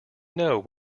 know